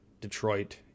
Detroit